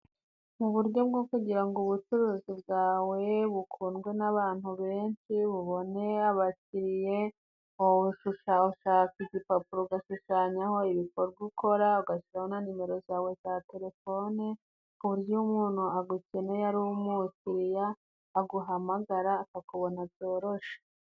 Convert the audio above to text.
Mu buryo bwo kugira ngo ubucuruzi bwawe bukundwe n'abantu benshi, bubone abakiriye ushaka igipapuro ugashushanyaho ibikorwa ukora, ugashiraho na nimero zawe za telefone, ku buryo umuntu agukeneye ari umukiriya aguhamagara, akakubona byoroshye.